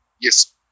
Yes